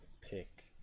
pick